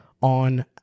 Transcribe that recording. on